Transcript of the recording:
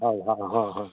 হয় হয় হয় হয়